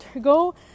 go